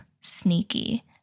Sneaky